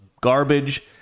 garbage